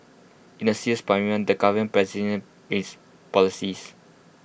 in A serious parliament the government presents its policies